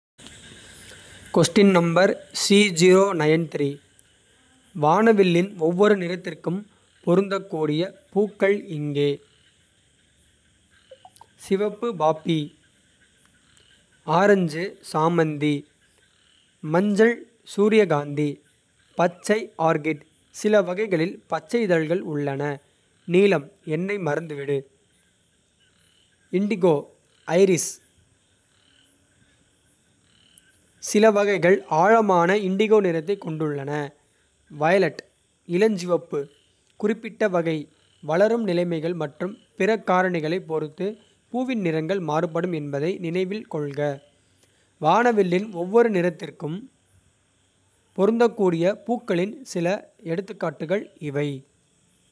வானவில்லின் ஒவ்வொரு நிறத்திற்கும் பொருந்தக்கூடிய. பூக்கள் இங்கே சிவப்பு பாப்பி ஆரஞ்சு. சாமந்தி மஞ்சள் சூரியகாந்தி பச்சை ஆர்க்கிட். சில வகைகளில் பச்சை இதழ்கள் உள்ளன நீலம். என்னை மறந்துவிடு இண்டிகோ ஐரிஸ் (சில வகைகள். ஆழமான இண்டிகோ நிறத்தைக் கொண்டுள்ளன வயலட். இளஞ்சிவப்பு குறிப்பிட்ட வகை வளரும் நிலைமைகள். மற்றும் பிற காரணிகளைப் பொறுத்து பூவின் நிறங்கள். மாறுபடும் என்பதை நினைவில் கொள்க. வானவில்லின் ஒவ்வொரு நிறத்திற்கும் பொருந்தக்கூடிய. பூக்களின் சில எடுத்துக்காட்டுகள் இவை.